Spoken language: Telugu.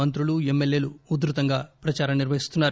మంత్రులు ఎమ్మెల్యేలు ఉధృతంగా ప్రచారం నిర్వహిస్తున్నారు